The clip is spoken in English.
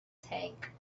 tank